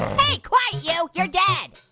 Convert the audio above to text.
hey, quiet you. you're dead.